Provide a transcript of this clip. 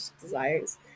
desires